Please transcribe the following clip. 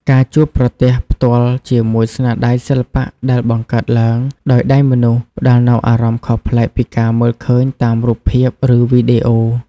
ការជួបប្រទះផ្ទាល់ជាមួយស្នាដៃសិល្បៈដែលបង្កើតឡើងដោយដៃមនុស្ស ផ្តល់នូវអារម្មណ៍ខុសប្លែកពីការមើលឃើញតាមរូបភាព ឬវីដេអូ។